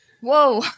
Whoa